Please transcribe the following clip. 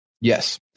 Yes